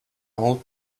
old